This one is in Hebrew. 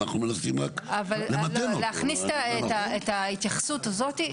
שאם הדייר משלם את ועד הבית לבניין,